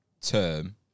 term